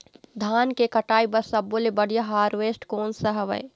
धान के कटाई बर सब्बो ले बढ़िया हारवेस्ट कोन सा हवए?